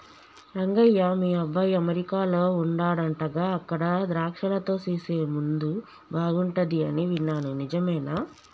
రంగయ్య మీ అబ్బాయి అమెరికాలో వుండాడంటగా అక్కడ ద్రాక్షలతో సేసే ముందు బాగుంటది అని విన్నాను నిజమేనా